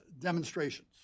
demonstrations